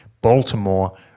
Baltimore